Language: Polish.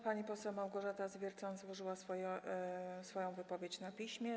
Pani poseł Małgorzata Zwiercan złożyła swoją wypowiedź na piśmie.